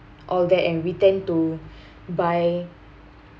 all that and we tend to buy